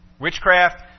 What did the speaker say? witchcraft